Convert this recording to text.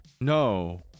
No